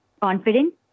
confident